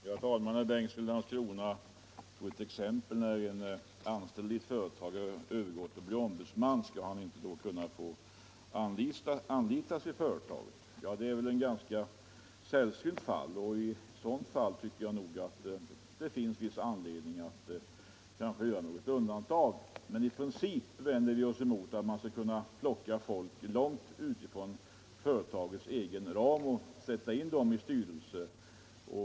Herr talman! Herr Bengtsson i Landskrona tog exemplet att en anställd i ett företag som blir facklig ombudsman inte skulle få representera de anställda i sitt gamla företag. Detta är väl ändå ett ganska sällsynt fall. Men i princip vänder vi oss mot att man skall kunna sätta in folk långt utanför det egna företaget i styrelsen.